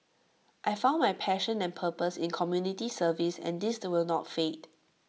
I found my passion and purpose in community service and this will not fade